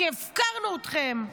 כי הפקרנו אתכם,